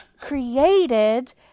created